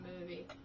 movie